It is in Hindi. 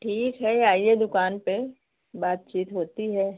ठीक है आइए दुकान पर बातचीत होती है